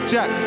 Jack